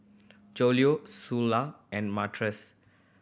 Joella Sula and Martez